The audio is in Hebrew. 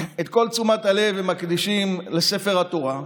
את כל תשומת הלב הם מקדישים לספר התורה,